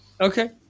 Okay